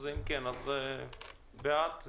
אם כן, אז אני בעד.